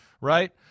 right